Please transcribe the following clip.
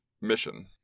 mission